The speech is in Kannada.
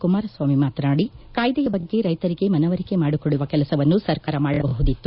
ಕುಮಾರಸ್ವಾಮಿ ಮಾತನಾಡಿ ಕಾಯ್ದೆಯ ಬಗ್ಗೆ ರೈತರಿಗೆ ಮನವರಿಕೆ ಮಾಡಿಕೊಡುವ ಕೆಲಸವನ್ನು ಸರ್ಕಾರ ಮಾಡಬಹುದಿತ್ತು